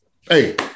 hey